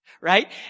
right